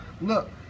Look